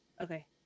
Okay